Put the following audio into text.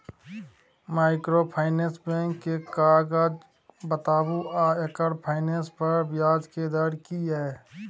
Microfinance bank के काज बताबू आ एकर फाइनेंस पर ब्याज के दर की इ?